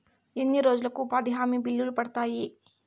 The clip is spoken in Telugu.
ఎన్ని రోజులకు ఉపాధి హామీ బిల్లులు పడతాయి?